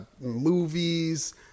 movies